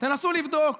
תנסו לבדוק.